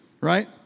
right